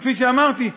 כפי שאמרתי,